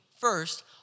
first